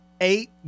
eight